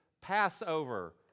Passover